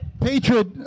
Patriot